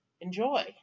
Enjoy